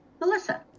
melissa